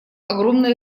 огромное